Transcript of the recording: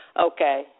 Okay